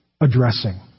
addressing